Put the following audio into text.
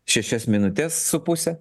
šešias minutes su puse